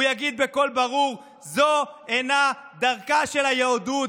הוא יגיד בקול ברור: זו אינה דרכה של היהדות,